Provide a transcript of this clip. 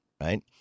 right